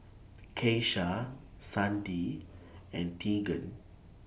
Keisha Sandi and Teagan